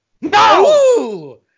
No